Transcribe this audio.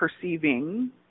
perceiving